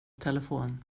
telefon